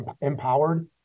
empowered